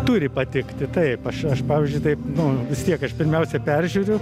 turi patikti taip aš aš pavyzdžiui taip nu vis tiek aš pirmiausia peržiūriu